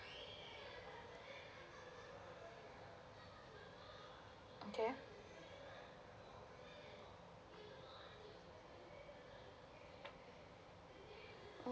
okay mm